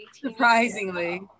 Surprisingly